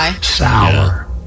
sour